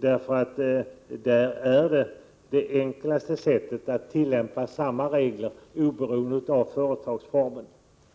Det är det enklaste sättet att tillämpa samma regler oberoende av företagsform.